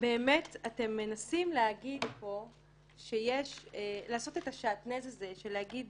באמת מנסים לעשות את השעטנז הזה, להגיד